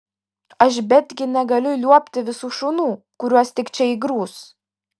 aš betgi negaliu liuobti visų šunų kuriuos tik čia įgrūs